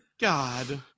God